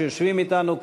שיושבים אתנו כאן,